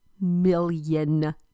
million